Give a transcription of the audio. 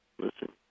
Listen